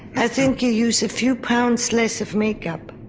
i think you use a few pounds less of makeup.